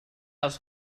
als